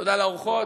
תודה, האורחות.